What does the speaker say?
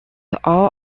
all